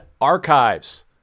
archives